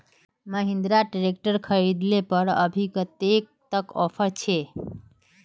Mahindra tractor खरीद ले पर अभी कतेक तक ऑफर छे?